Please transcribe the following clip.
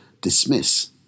dismiss